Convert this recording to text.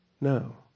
No